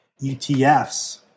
ETFs